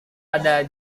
ada